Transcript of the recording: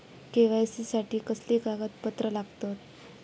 KYC साठी कसली कागदपत्र लागतत?